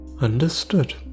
Understood